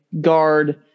guard